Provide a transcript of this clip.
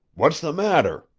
what's the matter?